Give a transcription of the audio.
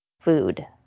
food